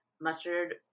mustard